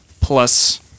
plus